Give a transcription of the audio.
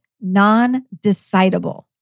non-decidable